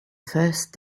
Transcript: first